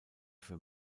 für